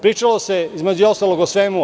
Pričalo se, između ostalog, o svemu.